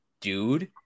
dude